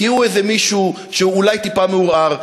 כי הוא איזה מישהו שהוא אולי טיפה מעורער,